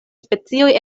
specioj